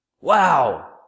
Wow